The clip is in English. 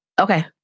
Okay